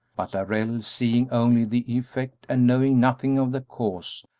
but darrell, seeing only the effect and knowing nothing of the cause,